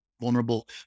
Vulnerable